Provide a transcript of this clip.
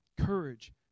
Courage